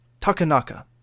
Takanaka